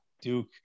Duke